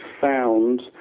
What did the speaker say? found